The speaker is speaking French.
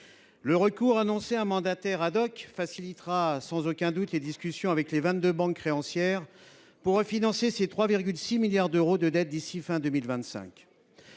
Le recours annoncé à un mandataire facilitera sans aucun doute les discussions avec les vingt deux banques créancières pour refinancer les 3,6 milliards d’euros de dettes du groupe